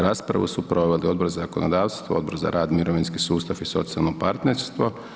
Raspravu su proveli Odbor za zakonodavstvo, Odbor za rad, mirovinski sustav i socijalno partnerstvo.